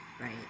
right